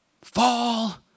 fall